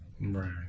Right